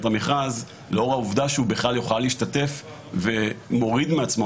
המכרז לאור העובדה שהוא בכלל יוכל להשתתף ומוריד מעצמו